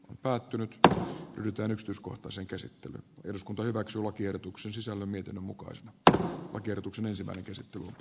on päättynyt ja yrittänyt uskoa toisen käsittelyn nyt päätetään lakiehdotuksen sisällä mitä mukaansa tämä oikeutuksen esimerkiksi tullut